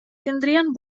tindrien